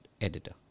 editor